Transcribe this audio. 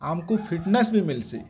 ଆମକୁ ଫିଟନେସ୍ ବି ମିଳିସି